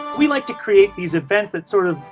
we like to create these events that, sort of,